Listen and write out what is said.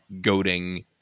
goading